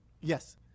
Yes